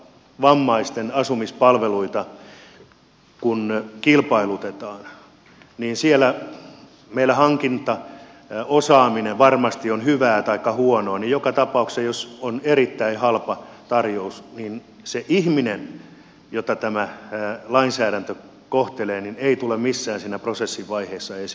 kun vaikkapa vammaisten asumispalveluita kilpailutetaan ja meillä hankintaosaaminen varmasti on hyvää taikka huonoa niin joka tapauksessa jos on erittäin halpa tarjous se ihminen jota lainsäädäntö kohtelee ei tule missään prosessin vaiheessa esille